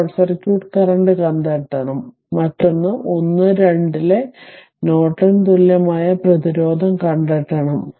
short circuit current കണ്ടെത്തണം മറ്റൊന്ന് 1 2 ലെ നോർട്ടൺ തുല്യമായ പ്രതിരോധം കണ്ടെത്തണം